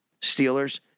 Steelers